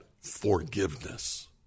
forgiveness